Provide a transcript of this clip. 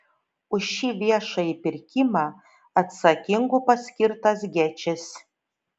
už šį viešąjį pirkimą atsakingu paskirtas gečis